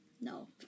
No